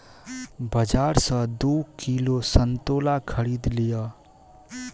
बाजार सॅ दू किलो संतोला खरीद लिअ